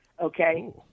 Okay